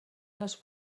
les